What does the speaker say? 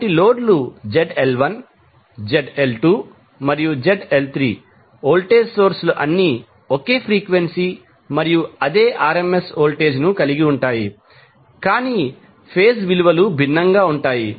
కాబట్టి లోడ్లు ZL1 ZL2మరియు ZL3 వోల్టేజ్ సోర్స్ లు అన్నీ ఒకే ఫ్రీక్వెన్సీ మరియు అదే RMS వోల్టేజ్ కలిగి ఉంటాయి కాని ఫేజ్ విలువలు భిన్నంగా ఉంటాయి